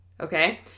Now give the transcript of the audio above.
Okay